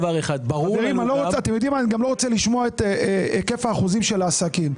גם לא רוצה לשמוע את היקף האחוזים של העסקים.